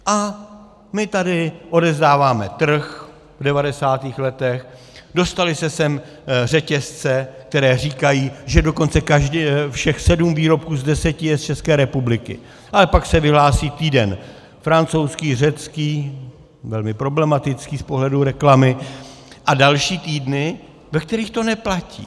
A my tady odevzdáváme trh v devadesátých letech, dostaly se sem řetězce, které říkají, že dokonce všech sedm výrobků z deseti je z České republiky, ale pak se vyhlásí týden francouzský, řecký, velmi problematický z pohledu reklamy, a další týdny, ve kterých to neplatí.